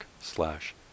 slash